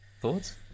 thoughts